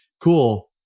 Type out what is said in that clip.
cool